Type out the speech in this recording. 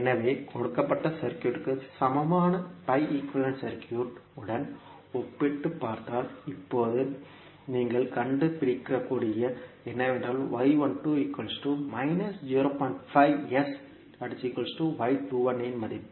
எனவே கொடுக்கப்பட்ட சர்க்யூட்க்கு சமமான pi ஈக்குவேலன்ட் சர்க்யூட் உடன் ஒப்பிட்டுப் பார்த்தால் இப்போது நீங்கள் கண்டு பிடிக்கக்கூடியது என்னவென்றால் இன் மதிப்பு